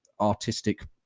artistic